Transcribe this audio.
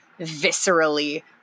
viscerally